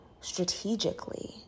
strategically